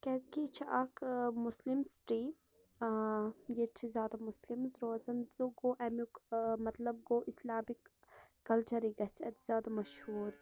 کیازکہ یہِ چھِ اکھ مُسلِم سٹی ییٚتہِ چھِ زیادٕ مُسلِمز روزان سُہ گوٚو امیُک مَطلَب گوٚو اسلامک کَلچَرے گَژھِ اتہ زیاد مشہور